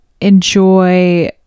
enjoy